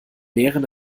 mehreren